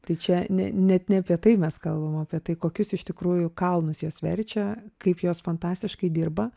tai čia ne net ne apie tai mes kalbam apie tai kokius iš tikrųjų kalnus jos verčia kaip jos fantastiškai dirba